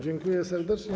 Dziękuję serdecznie.